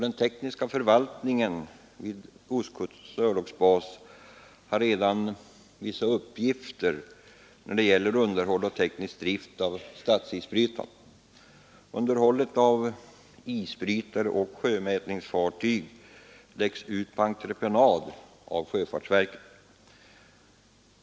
Den tekniska förvaltningen vid Ostkustens örlogsbas har redan vissa uppgifter när det gäller underhåll och teknisk drift av statsisbrytarna. Underhållet av isbrytare och sjömätningsfartyg läggs ut på entreprenad av sjöfartsverket.